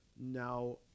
Now